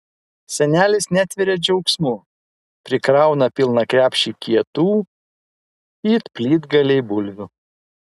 senelis netveria džiaugsmu prikrauna pilną krepšį kietų it plytgaliai bulvių